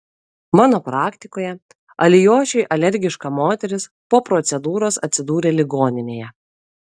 mano praktikoje alijošiui alergiška moteris po procedūros atsidūrė ligoninėje